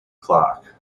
clarke